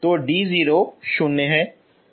तो d0 0 है